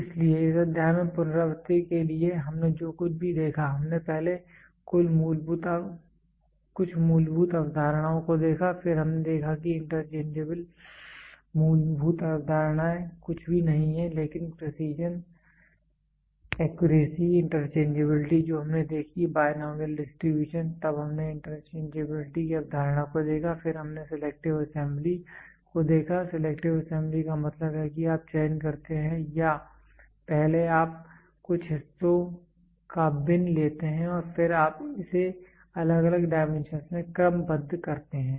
इसलिए इस अध्याय में पुनरावृत्ति करने के लिए हमने जो कुछ भी देखा हमने पहले कुछ मूलभूत अवधारणाओं को देखा फिर हमने देखा कि इंटरचेंजेबल मूलभूत अवधारणाएं कुछ भी नहीं हैं लेकिन प्रेसीजन एक्यूरेसी इंटरचेंजेबिलिटी जो हमने देखी बाय नॉमियल डिस्ट्रीब्यूशन तब हमने इंटरचेंजेबिलिटी की अवधारणा को देखा फिर हमने सिलेक्टिव असेंबली को देखा सिलेक्टिव असेंबली का मतलब है कि आप चयन करते हैं या पहले आप कुछ हिस्सों का बिन लेते हैं और फिर आप इसे अलग अलग डाइमेंशंस में क्रमबद्ध करते हैं